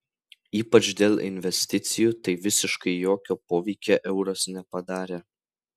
ypač dėl investicijų tai visiškai jokio poveikio euras nepadarė